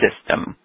system